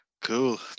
Cool